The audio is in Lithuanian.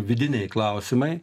vidiniai klausimai